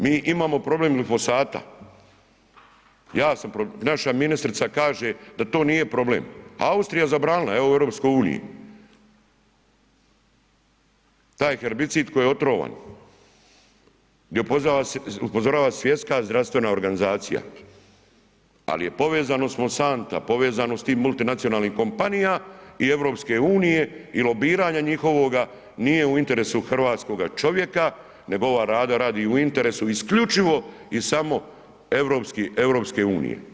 Mi imamo problem glifosata, ja sam, naša ministrica kaže da to nije problem, Austrija zabranila evo u EU, taj herbicid koji je otrovan, gdje upozorava Svjetska zdravstvena organizacija, ali povezano …/nerazumljivo/… s tim multinacionalnim kompanija i EU i lobiranja njihovoga nije u interesu hrvatskoga čovjeka, nego ova Vlada radi u interesu isključivo i samo EU.